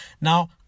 Now